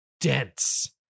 dense